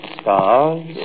stars